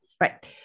Right